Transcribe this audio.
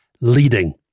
Leading